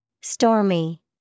Stormy